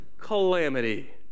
calamity